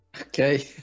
okay